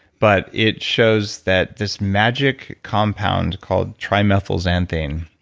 but it shows that this magic compound called trimethylxanthine,